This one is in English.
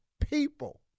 people